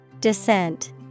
Descent